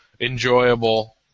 Enjoyable